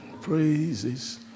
praises